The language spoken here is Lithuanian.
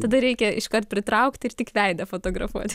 tada reikia iškart pritraukti ir tik veidą fotografuoti